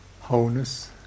wholeness